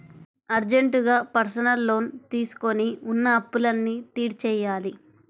అర్జెంటుగా personal loan తీసుకొని ఉన్న అప్పులన్నీ తీర్చేయ్యాలి